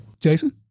Jason